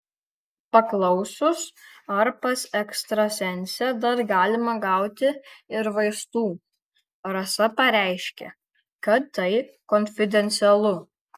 paklausus ar pas ekstrasensę dar galima gauti ir vaistų rasa pareiškė kad tai konfidencialu